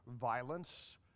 violence